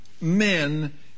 men